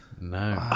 No